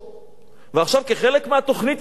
ועכשיו, כחלק מהתוכנית של הלגיטימציה,